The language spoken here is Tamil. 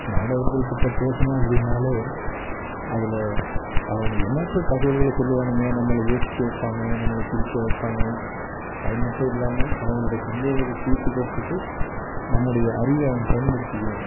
மாணவர்கள்கிட்ட பேசணும் அப்படின்னாலே அதில் அவங்க எண்ணற்ற தகவல்களை சொல்லுவானுங்க நம்மளை யோசிக்க வைப்பாங்க நம்மளை சிரிக்க வைப்பாங்க அது மட்டும் இல்லாமல் அவங்களுடைய சந்தேகத்தை தீர்த்துக்கறதுக்கு நம்மோடைய அறிவை அவங்க பயன்படுத்திக்குவாங்க